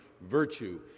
virtue